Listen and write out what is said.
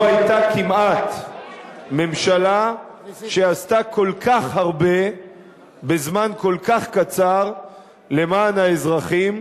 היתה כמעט ממשלה שעשתה כל כך הרבה בזמן כל כך קצר למען האזרחים,